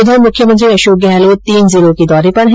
उधर मुख्यमंत्री अशोक गहलोत तीन जिलों के दौरे पर हैं